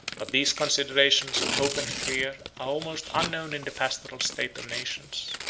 but these considerations of hope and fear are almost unknown in the pastoral state of nations.